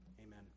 Amen